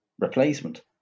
replacement